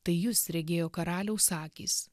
tai jus regėjo karaliaus akys